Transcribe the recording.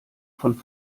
von